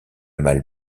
malle